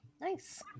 nice